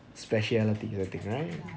speciality in that thing right